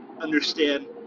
understand